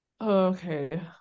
Okay